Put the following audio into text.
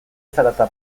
zarata